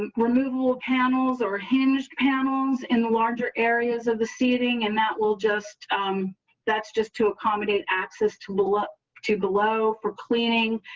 removable panels or hinge panels in the larger areas of the seating and that will just that's just to accommodate access to look ah to below for cleaning.